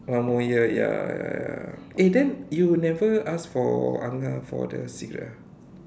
one more year ya ya ya eh then you never ask for angah for the cigarette ah